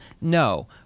No